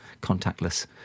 contactless